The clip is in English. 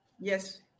yes